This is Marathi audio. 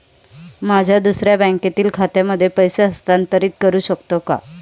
माझ्या दुसऱ्या बँकेतील खात्यामध्ये पैसे हस्तांतरित करू शकतो का?